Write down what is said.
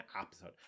episode